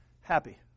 happy